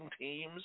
teams